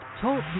Talk